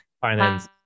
finance